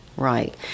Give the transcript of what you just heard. Right